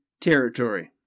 territory